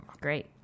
Great